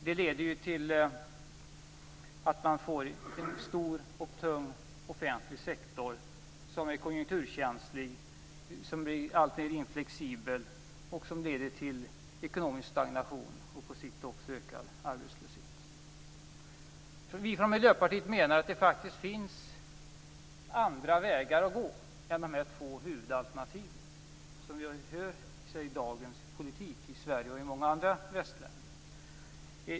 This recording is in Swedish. Det leder till att man får en stor och tung offentlig sektor som är konjunkturkänslig, som är mindre flexibel och som leder till ekonomisk stagnation och på sikt även ökad arbetslöshet. Vi från Miljöpartiet menar att det faktiskt finns andra vägar att gå än dessa två huvudalternativ som finns i dagens politik i Sverige och i många andra västländer.